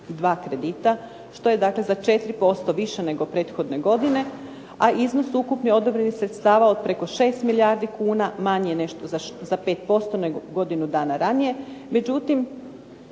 202 kredita, što je dakle za 4% više nego prethodne godine, a iznos ukupno odobrenih sredstava od preko 6 milijardi kuna manji je za 5% nego godinu dana ranije, međutim